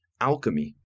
alchemy